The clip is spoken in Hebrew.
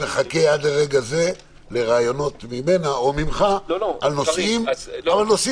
אני מחכה עד לרגע זה לרעיונות ממנה או ממך על נושאים אמיתיים.